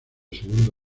segundo